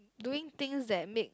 doing things that make